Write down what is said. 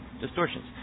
distortions